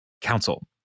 council